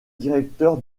directeur